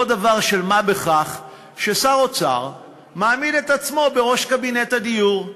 זה לא דבר של מה בכך ששר אוצר מעמיד את עצמו בראש קבינט הדיור.